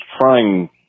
trying